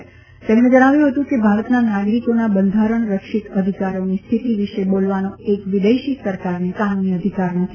શ્રી રવીશકુમારે જણાવ્યું હતું કે ભારતના નાગરિકોના બંધારણ રક્ષિત અધિકારોની સ્થિતિ વિષે બોલવાનો એક વિદેશી સરકારને કાનૂની અધિકાર નથી